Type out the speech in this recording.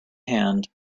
hand